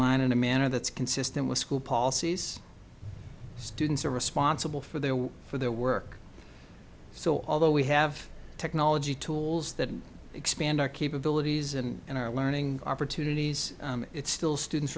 line in a manner that's consistent with school policies students are responsible for their for their work so although we have technology tools that expand our capabilities and our learning opportunities it's still students